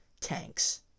tanks